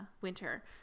winter